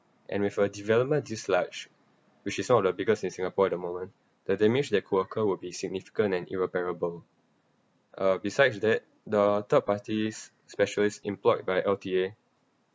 and for development this large which is one of the biggest in singapore at the moment the damage that could occur will be significant and irreparable uh besides that the third party's specialists employed by L_T_A